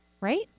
right